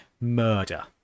murder